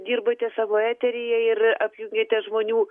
dirbate savo eteryje ir apjungėte žmonių